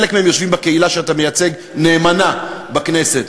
חלק מהם יושבים בקהילה שאתה מייצג נאמנה בכנסת,